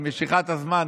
עם משיכת הזמן,